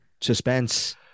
suspense